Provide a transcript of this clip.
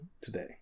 today